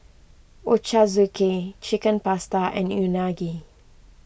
Ochazuke Chicken Pasta and Unagi